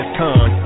con